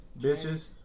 Bitches